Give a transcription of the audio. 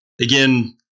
again